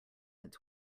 its